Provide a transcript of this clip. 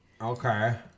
Okay